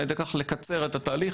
על ידי כך לקצר את התהליך,